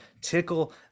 tickle